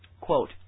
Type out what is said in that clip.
quote